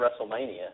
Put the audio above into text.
WrestleMania